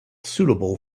suitable